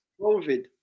Covid